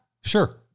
Sure